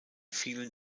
vielen